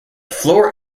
floor